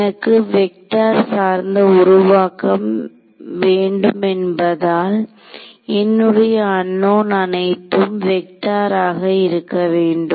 எனக்கு வெக்டார் சார்ந்த உருவாக்கம் வேண்டுமென்பதால் என்னுடைய அன்னோன் அனைத்தும் வெக்டார் ஆக இருக்க வேண்டும்